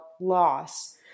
loss